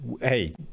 hey